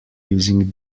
using